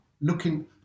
looking